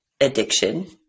addiction